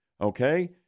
Okay